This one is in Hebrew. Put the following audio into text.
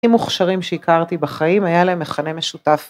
מוכשרים שהכרתי בחיים היה להם מכנה משותף.